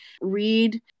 read